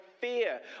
fear